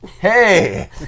Hey